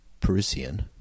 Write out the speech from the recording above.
Parisian